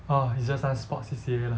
orh it's just some sports C_C_A lah